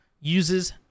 uses